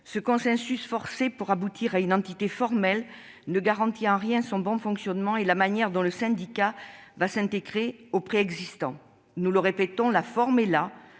Ce consensus forcé pour aboutir à une entité formelle ne garantit en rien son bon fonctionnement et la manière dont le syndicat s'intégrera au préexistant. Nous le répétons, la forme est là,